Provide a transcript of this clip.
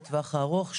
הטווח הארוך,